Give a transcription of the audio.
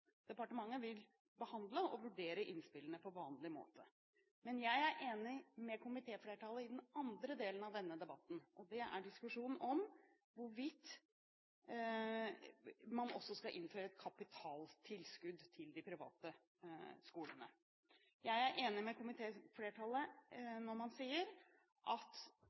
Departementet vil behandle og vurdere innspillene på vanlig måte. Men jeg er enig med komitéflertallet i den andre delen av denne debatten, og det er diskusjonen om hvorvidt man også skal innføre et kapitaltilskudd til de private skolene. Jeg er enig med komitéflertallet i at investeringskostnader til skolebygg ikke skal inkluderes i tilskuddsgrunnlaget, og at